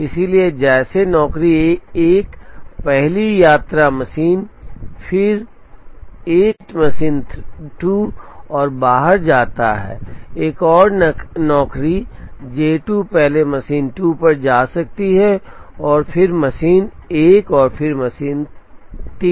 इसलिए जैसे नौकरी एक पहली यात्रा मशीन 1 फिर विज़िट मशीन 3 फिर विज़िट मशीन 2 और बाहर जाता है एक और नौकरी J 2 पहले मशीन 2 पर जा सकती है और फिर मशीन 1 और फिर मशीन 3